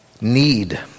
need